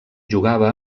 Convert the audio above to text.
jugava